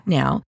now